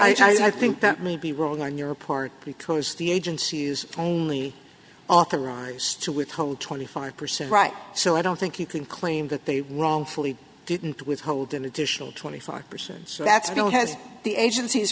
did i think that may be wrong on your part because the agency is only authorized to withhold twenty five percent right so i don't think you can claim that they were wrongfully didn't withhold an additional twenty five percent so that's known as the agenc